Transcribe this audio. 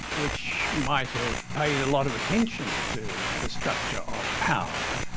which might have paid a lot of attention to the structure of power.